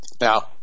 Now